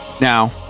Now